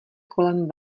kolem